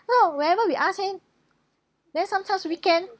ya whenever we ask him then sometimes weekend